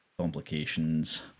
complications